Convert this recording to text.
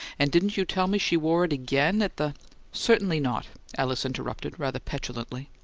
and didn't you tell me she wore it again at the certainly not, alice interrupted, rather petulantly.